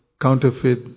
counterfeit